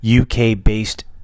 UK-based